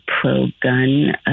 pro-gun